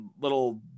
little